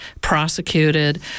prosecuted